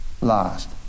last